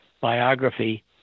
biography